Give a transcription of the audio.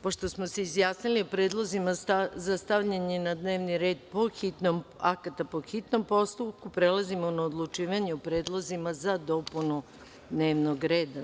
Pošto smo se izjasnili o predlozima za stavljanje na dnevni red akata po hitnom postupku, prelazimo na odlučivanje o predlozima za dopunu dnevnog reda.